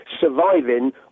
surviving